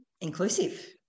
inclusive